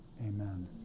Amen